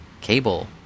cable